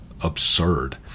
absurd